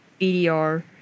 BDR